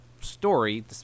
story